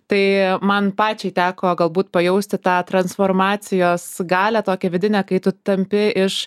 tai man pačiai teko galbūt pajausti tą transformacijos galią tokią vidinę kai tu tampi iš